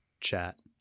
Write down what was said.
chat